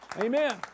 amen